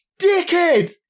dickhead